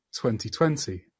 2020